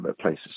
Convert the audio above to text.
places